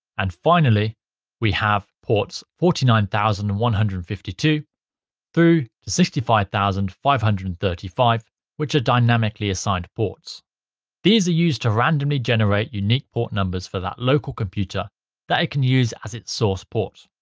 and finally we have ports forty nine thousand one hundred and fifty two through sixty five thousand five hundred and thirty five which are dynamically assigned ports these are used to randomly generate unique port numbers for that local computer that it can use as its source port.